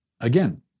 Again